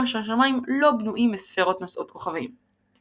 שהשמיים לא בנויים מספרות נושאות כוכבים.